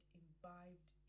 imbibed